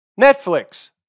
Netflix